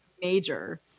Major